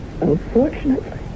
Unfortunately